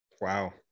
Wow